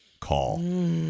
call